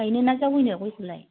गायनोना जावायनो गयखौलाय